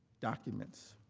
documents.